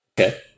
Okay